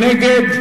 מי נגד?